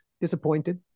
disappointed